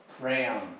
crayon